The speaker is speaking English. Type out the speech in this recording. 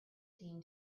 seem